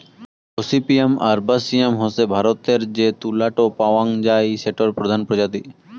gossypium arboreum হসে ভারতরে যে তুলা টো পাওয়াং যাই সেটোর প্রধান প্রজাতি